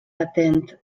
atent